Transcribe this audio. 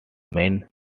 main